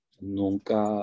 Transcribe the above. nunca